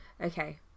Okay